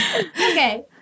Okay